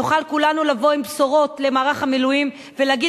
נוכל כולנו לבוא עם בשורות למערך המילואים ולהגיד